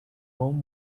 home